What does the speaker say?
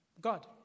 God